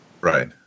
Right